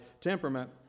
temperament